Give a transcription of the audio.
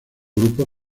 grupo